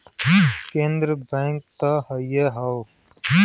केन्द्र बैंक त हइए हौ